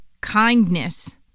kindness